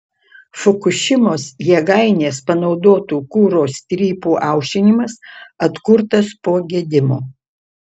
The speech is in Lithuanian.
fukušimos jėgainės panaudotų kuro strypų aušinimas atkurtas po gedimo